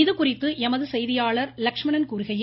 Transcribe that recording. இது குறித்து எமது செய்தியாளர் லஷ்மணன் கூறுகையில்